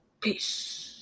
Peace